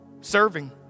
Serving